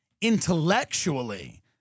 intellectually